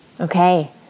Okay